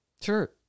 Sure